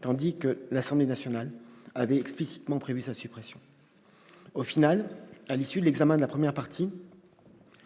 tandis que l'Assemblée nationale avait explicitement prévu sa suppression. Au final, à l'issue de l'examen de la première partie,